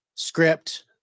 script